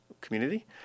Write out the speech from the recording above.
community